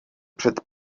před